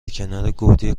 گودی